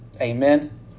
Amen